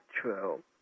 true